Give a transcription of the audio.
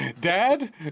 Dad